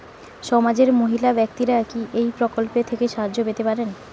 সমাজের মহিলা ব্যাক্তিরা কি এই প্রকল্প থেকে সাহায্য পেতে পারেন?